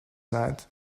side